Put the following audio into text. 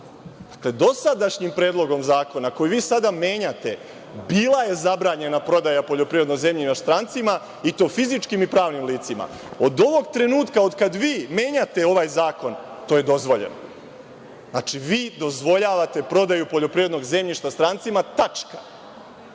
Dakle, dosadašnjim predlogom zakona koji vi sada menjate bila je zabranjena prodaja poljoprivrednog zemljišta strancima, i to fizičkim i pravnim licima. Od ovog trenutka od kada vi menjate ovaj zakon, to je dozvoljeno. Znači, vi dozvoljavate prodaje poljoprivrednog zemljišta strancima. Tačka.U